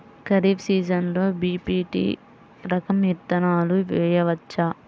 ఖరీఫ్ సీజన్లో బి.పీ.టీ రకం విత్తనాలు వేయవచ్చా?